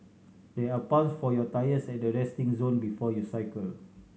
there are pumps for your tyres at the resting zone before you cycle